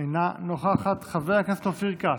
אינה נוכחת, חבר הכנסת אופיר כץ,